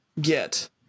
get